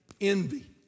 Envy